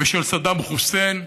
ושל סדאם חוסיין.